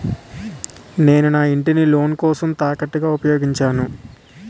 నేను నా ఇంటిని లోన్ కోసం తాకట్టుగా ఉపయోగించాను